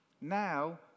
now